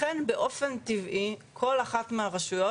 לכן באופן טבעי כל אחת מהרשויות,